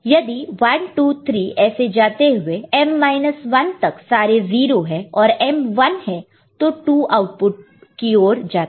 यदि 1 2 3 ऐसे जाते हुए m माइनस 1 तक सारे 0 है और m 1 है तो 2 आउटपुट की ओर जाता जाता है